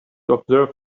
observe